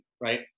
Right